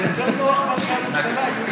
זה יותר נוח מאשר הממשלה, יולי.